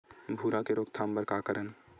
भूरा के रोकथाम बर का करन?